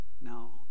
now